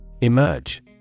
Emerge